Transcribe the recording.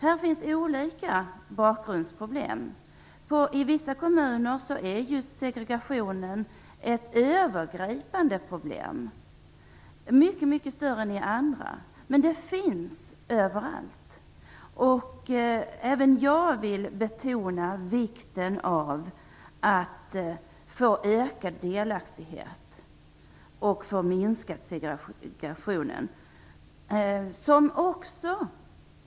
Här finns olika bakgrundsproblem. I vissa kommuner är just segregationen ett övergripande problem som är mycket större än i andra kommuner, men det finns överallt. Även jag vill betona vikten av att åstadkomma ökad delaktighet och minskad segregation.